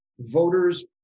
voters